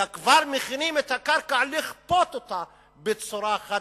אלא גם כבר מכינים את הקרקע לכפות אותה בצורה חד-צדדית,